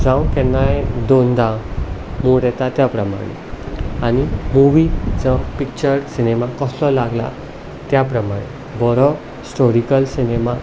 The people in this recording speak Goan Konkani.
जावं केन्नाय दोनदां मूड येता त्या प्रमाणे आनी मुवी जावं पिक्चर सिनेमा कसो लागला त्या प्रमाणे बरो स्टोरिकल सिनेमा